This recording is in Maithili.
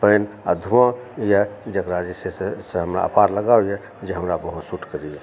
पानि आ धुआँ या जकरा जे छै से सँ हमरा अपार लगावए जे हमरा बहुत सुट करैए